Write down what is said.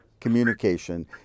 communication